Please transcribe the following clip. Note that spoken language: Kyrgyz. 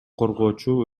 коргоочу